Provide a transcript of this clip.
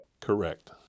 Correct